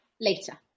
later